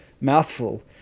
mouthful